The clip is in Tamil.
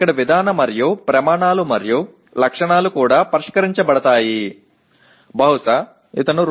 இங்கே நடைமுறை மற்றும் அளவுகோல்கள் மற்றும் விவரக்குறிப்புகள் ஆகியவை உரையாற்றப்படுகின்றன